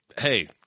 hey